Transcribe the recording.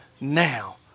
now